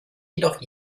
jedoch